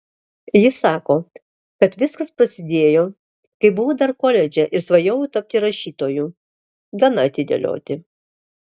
ji sako kad viskas prasidėjo kai buvau dar koledže ir svajojau tapti rašytoju gana atidėlioti